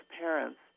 parents